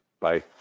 Bye